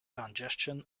congestion